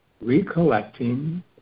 recollecting